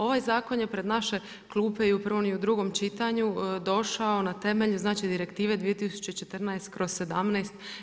Ovaj zakon je pred naše klupe i u prvom i u drugom čitanju došao na temelju, znači Direktive 2014./17.